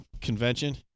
convention